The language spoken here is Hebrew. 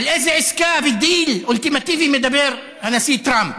על איזה עסקה ודיל אולטימטיבי מדבר הנשיא טראמפ?